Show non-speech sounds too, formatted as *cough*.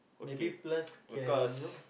okay *breath* *noise* because